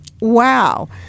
Wow